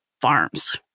farms